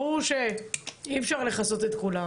ברור שאי אפשר לכסות את כולם,